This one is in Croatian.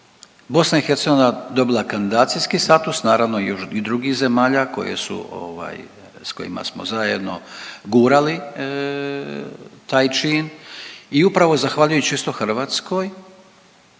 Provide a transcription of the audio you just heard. BiH je dobila kandidacijski status, naravno još i drugih zemalja sa kojima smo zajedno gurali taj čin. I upravo zahvaljujući isto Hrvatskoj